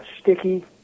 sticky